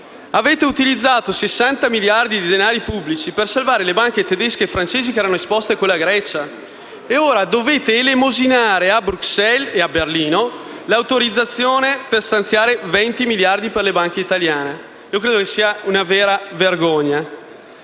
Avete utilizzato 60 miliardi di denari pubblici per salvare le banche tedesche e francesi che erano esposte con la Grecia e ora dovete elemosinare a Bruxelles e a Berlino l'autorizzazione per stanziare 20 miliardi di euro per le banche italiane: una vera vergogna!